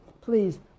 please